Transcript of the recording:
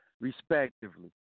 respectively